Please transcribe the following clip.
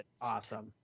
awesome